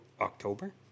October